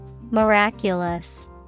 Miraculous